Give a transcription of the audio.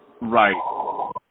right